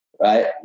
Right